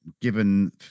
given